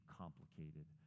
complicated